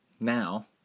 Now